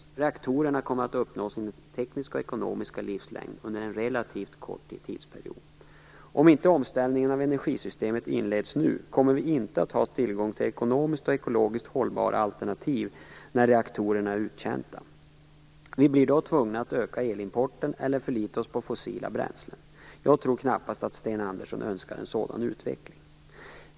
Reaktorerna kommer att uppnå sin tekniska och ekonomiska livslängd under en relativt kort tidsperiod. Om inte omställningen av energisystemet inleds nu, kommer vi inte att ha tillgång till ekonomiskt och ekologiskt hållbara alternativ när reaktorerna är uttjänta. Vi blir då tvungna att öka elimporten eller förlita oss på fossila bränslen. Jag tror knappast att Sten Andersson önskar en sådan utveckling.